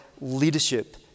leadership